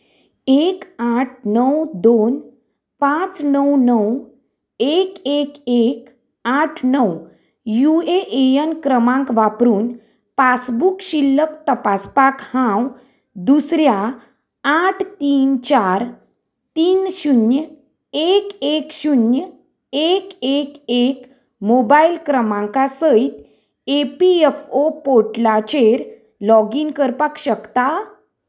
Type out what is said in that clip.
एक आठ णव दोन पांच णव णव एक एक एक आठ णव यू ए ए एन क्रमांक वापरून पासबूक शिल्लक तपासपाक हांव दुसऱ्या आठ तीन चार तीन शुन्य एक एक शुन्य एक एक एक मोबायल क्रमांका सयत ए पी एफ ओ पोर्टलाचेर लॉग इन करपाक शकता